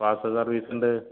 parcel സർവീസുണ്ട്